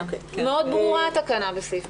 מאוד ברורה התקנה בפסקה